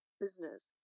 business